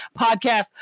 podcast